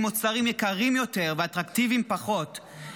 מוצרים יקרים יותר ואטרקטיביים פחות,